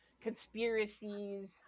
conspiracies